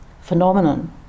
phenomenon